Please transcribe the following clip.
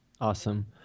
Awesome